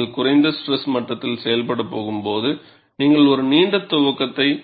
நீங்கள் குறைந்த ஸ்ட்ரெஸ் மட்டத்தில் செயல்படப் போகும்போது நீங்கள் ஒரு நீண்ட துவக்க கட்டத்தைத்